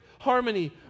Harmony